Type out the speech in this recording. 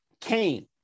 Cain